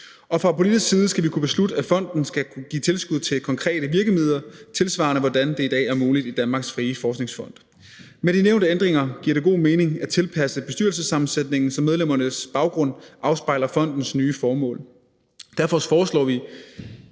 Og fra politisk side skal vi kunne beslutte, at fonden skal kunne give tilskud til konkrete virkemidler, tilsvarende hvordan det i dag er muligt i Danmarks Frie Forskningsfond. Med de nævnte ændringer giver det god mening at tilpasse bestyrelsessammensætningen, så medlemmernes baggrund afspejler fondens nye formål, og derfor foreslår vi,